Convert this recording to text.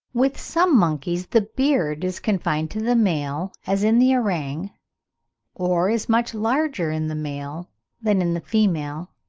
with some monkeys the beard is confined to the male, as in the orang or is much larger in the male than in the female,